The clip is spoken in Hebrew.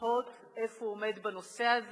לתהות איפה הוא עומד בנושא הזה,